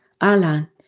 Alan